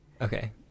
Okay